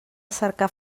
cercar